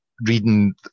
reading